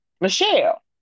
Michelle